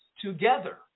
together